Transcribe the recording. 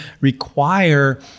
require